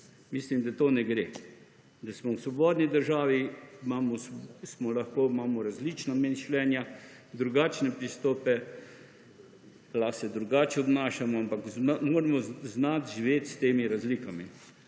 Mislim, da to ne gre. Da smo v svobodni državi, imamo različna mišljenja, drugačne pristope. Lahko se drugače obnašamo, ampak moramo znati živeti s temi razlikam.